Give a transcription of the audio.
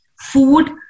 food